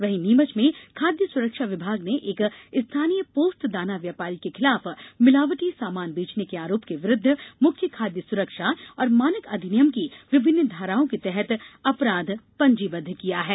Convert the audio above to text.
वहीं नीमच में खाद्य सुरक्षा विभाग ने एक स्थानीय पोस्त दाना व्यापारी के खिलाफ मिलावटी सामान बेचने के आरोपी के विरुद्व मुख्य खाद्य सुरक्षा और मानक अधिनियम की विभिन्न धाराओं के तहत अपराध पंजीबद्ध किया है